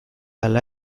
hala